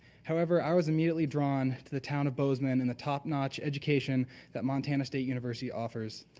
however, i was immediately drawn to the town of bozeman and the top notch education that montana state university offers.